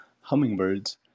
hummingbirds